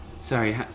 sorry